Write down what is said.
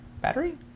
battery